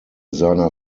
seiner